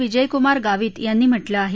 विजयकूमार गावित यांनी म्हटलं आहे